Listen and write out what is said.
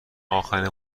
آخرین